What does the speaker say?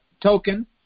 token